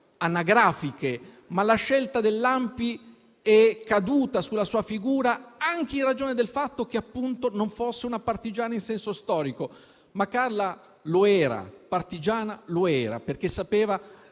anagrafiche, ma la scelta dell'ANPI è caduta sulla sua figura anche in ragione del fatto che non fosse una partigiana in senso storico. Ma Carla partigiana lo era, perché sapeva